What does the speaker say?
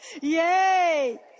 Yay